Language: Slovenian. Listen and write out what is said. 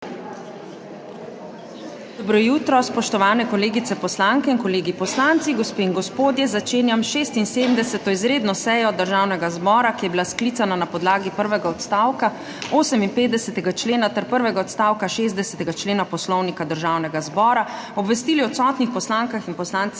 MEIRA HOT: Spoštovani kolegice poslanke in kolegi poslanci, gospe in gospodje! Začenjam 77. izredno sejo Državnega zbora, ki je bila sklicana na podlagi prvega odstavka 58. člena ter drugega odstavka 60. člena Poslovnika Državnega zbora. Obvestili odsotnih poslankah in poslancih